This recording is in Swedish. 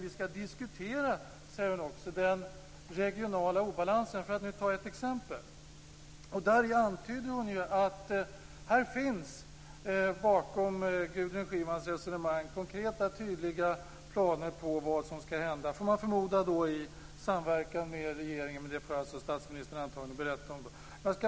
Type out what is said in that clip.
Vi skall också, säger hon, diskutera den regionala obalansen för att ta ett exempel. Därmed antyder Gudrun Schyman att det bakom hennes resonemang finns konkreta, tydliga planer på vad som skall hända - i samverkan med regeringen får man förmoda, men det får antagligen statsministern berätta om.